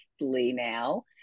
now